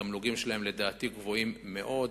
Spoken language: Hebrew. התמלוגים שלהם גבוהים מאוד,